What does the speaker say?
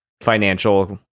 financial